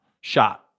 shot